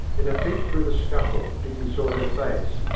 in a peep through the scuffle dicky saw her face,